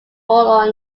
role